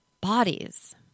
bodies